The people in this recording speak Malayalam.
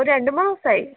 ഒരു രണ്ട് മൂന്നു ദിവസായി